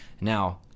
Now